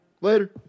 later